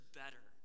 better